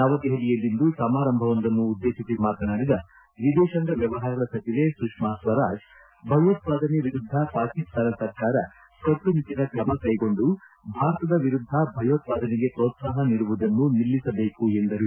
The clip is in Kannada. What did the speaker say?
ನವದೆಪಲಿಯಲ್ಲಿಂದು ಸಮಾರಂಭವನ್ನುದ್ದೇಶಿಸಿ ಮಾತನಾಡಿದ ವಿದೇಶಾಂಗ ವ್ಯವಹಾರಗಳ ಸಚಿವೆ ಸುಷ್ಮಾ ಸ್ವರಾಜ್ ಭಯೋತ್ಪಾದನೆ ವಿರುದ್ಧ ಪಾಕಿಸ್ತಾನ ಸರ್ಕಾರ ಕಟ್ಟುನಿಟ್ಟನ ಕ್ರಮ ಕೈಗೊಂಡು ಭಾರತದ ವಿರುದ್ಧ ಭಯೋತ್ಪಾದನೆಗೆ ಪೋತ್ಪಾಪ ನೀಡುವುದನ್ನು ನಿಲ್ಲಿಸಬೇಕು ಎಂದರು